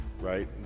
right